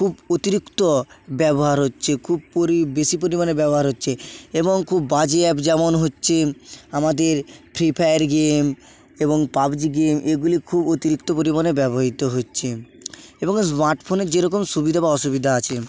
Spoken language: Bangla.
খুব অতিরিক্ত ব্যবহার হচ্ছে খুব পরি বেশি পরিমাণে ব্যবহার হচ্ছে এবং খুব বাজে অ্যাপ যেমন হচ্ছে আমাদের ফ্রি ফায়ার গেম এবং পাবজি গেম এগুলি খুব অতিরিক্ত পরিমাণে ব্যবহিত হচ্ছে এবং স্মার্টফোনের যেরকম সুবিধা বা অসুবিধা আছে